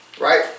Right